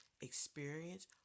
experience